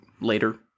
Later